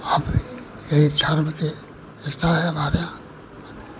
अपनी यही धर्म की व्यवस्था है हमारे यहाँ